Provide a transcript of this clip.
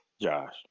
Josh